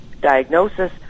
diagnosis